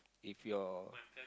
if your